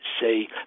say